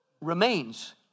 remains